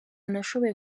nashoboye